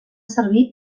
servir